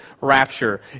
rapture